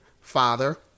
father